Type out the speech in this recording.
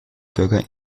bürger